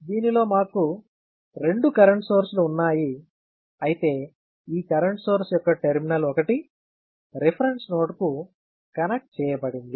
దీనిలో మాకు రెండు కరెంట్ సోర్స్లు ఉన్నాయి అయితే ఈ కరెంట్ సోర్స్ యొక్క టెర్మినల్ ఒకటి రిఫరెన్స్ నోడ్కు కనెక్ట్ చేయబడింది